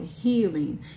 healing